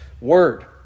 word